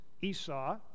Esau